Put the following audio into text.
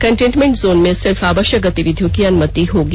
containment zone में सिर्फ आवश्यक गतिविधियों की अनुमति होगी